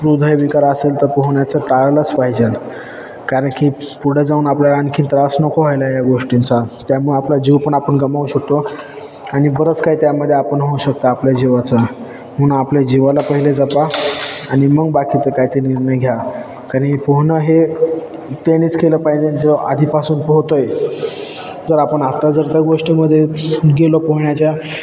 हृदय विकार असेल तर पोहण्याचं टाळलंच पाहिजेन कारण की पुढं जाऊन आपल्याला आणखीन त्रास नको व्हायला या गोष्टींचा त्यामुळे आपला जीव पण आपण गमावू शकतो आणि बरंच काही त्यामध्ये आपण होऊ शकतं आपल्या जीवाचं म्हणून आपल्या जीवाला पहिले जपा आणि मग बाकीचं काय ते निर्णय घ्या कारण हे पोहणं हे त्यानंच केलं पाहिजे जो आधीपासून पोहतो आहे तर आपण आत्ता जर त्या गोष्टीमध्ये गेलो पोहण्याच्या